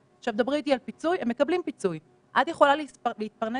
פה הייתי רוצה להתמקד.